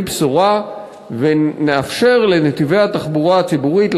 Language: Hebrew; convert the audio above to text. בשורה ונאפשר לנתיבי התחבורה הציבורית,